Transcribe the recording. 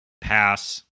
Pass